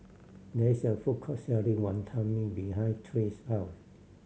there is a food court selling Wantan Mee behind Trace house